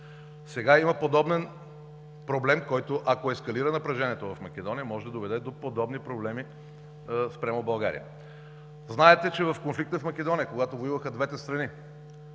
Сега има подобен проблем, който, ако ескалира напрежението в Македония, може да доведе до подобни проблеми спрямо България. Знаете, че в конфликта в Македония, когато воюваха двете страни,